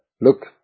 look